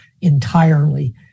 entirely